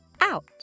out